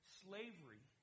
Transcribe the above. slavery